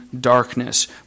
darkness